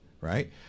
right